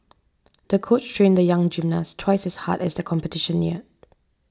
the coach trained the young gymnast twice as hard as the competition neared